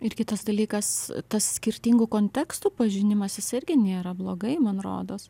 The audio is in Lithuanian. ir kitas dalykas tas skirtingų kontekstų pažinimas jisai irgi nėra blogai man rodos